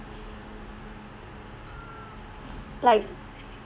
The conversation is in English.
like